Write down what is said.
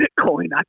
Bitcoin